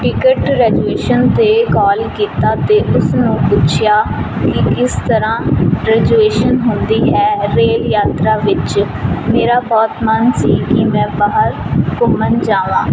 ticket reservation 'ਤੇ call ਕੀਤੀ ਅਤੇ ਉਸ ਨੂੰ ਪੁੱਛਿਆ ਕਿ ਕਿਸ ਤਰ੍ਹਾਂ ਰੈਜੂਏਸ਼ਨ ਹੁੰਦੀ ਹੈ ਰੇਲ ਯਾਤਰਾ ਵਿੱਚ ਮੇਰਾ ਬਹੁਤ ਮਨ ਸੀ ਕਿ ਮੈਂ ਬਾਹਰ ਘੁੰਮਣ ਜਾਵਾਂ